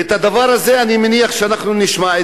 את הדבר הזה אני מניח שאנחנו נשמע.